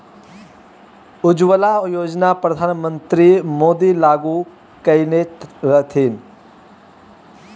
उज्जवला योजना परधान मन्त्री मोदी लागू कएने रहथिन